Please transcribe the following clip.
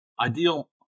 ideal